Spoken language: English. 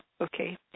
okay